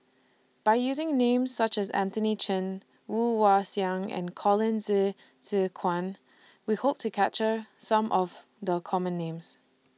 By using Names such as Anthony Chen Woon Wah Siang and Colin Zhe Zhe Quan We Hope to capture Some of The Common Names